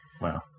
Wow